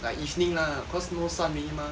like evening lah cause no sun already mah